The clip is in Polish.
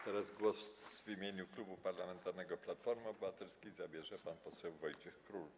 Teraz głos w imieniu Klubu Parlamentarnego Platforma Obywatelska zabierze pan poseł Wojciech Król.